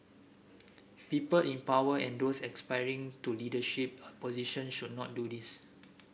people in power and those aspiring to leadership position should not do this